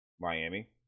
Miami